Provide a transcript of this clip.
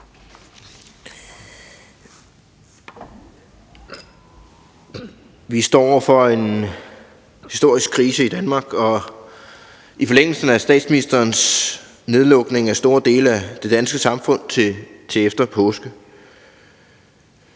Vi står over for en historisk krise i Danmark og en forlængelse af statsministerens nedlukning af store dele af det danske samfund til efter påske.